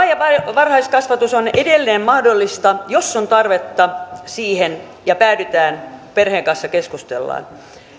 varhaiskasvatus on edelleen mahdollista jos on tarvetta siihen ja siihen päädytään kun perheen kanssa keskustellaan